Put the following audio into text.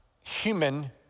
human